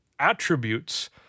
attributes